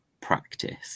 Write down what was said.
practice